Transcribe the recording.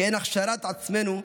כעין הכשרת עצמנו,